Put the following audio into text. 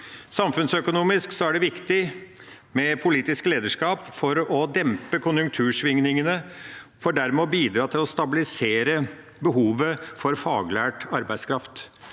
Samfunnsøkonomisk er det viktig med politisk lederskap for å dempe konjunktursvingningene for dermed å bidra til å stabilisere behovet for faglært arbeidskraft.